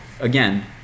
again